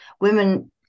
women